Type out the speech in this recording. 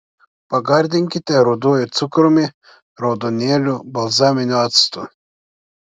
pagardinkite ruduoju cukrumi raudonėliu balzaminiu actu